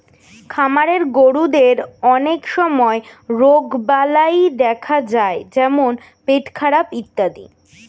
খামারের গরুদের অনেক সময় রোগবালাই দেখা যায় যেমন পেটখারাপ ইত্যাদি